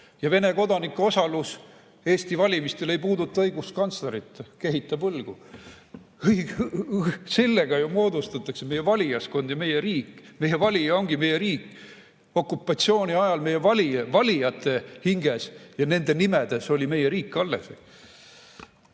Ja Vene kodanike osalus Eesti valimistel justkui ei puuduta õiguskantslerit, ta kehitab õlgu. Sellega ju moodustatakse meie valijaskond ja meie riik. Meie valija ongi meie riik. Okupatsiooni ajal meie valijate hinges ja nende nimedes oli meie riik alles.